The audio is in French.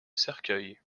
cercueil